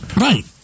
Right